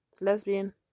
lesbian